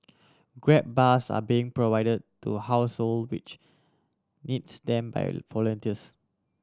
grab bars are being provided to household which needs them by volunteers